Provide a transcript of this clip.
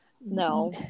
No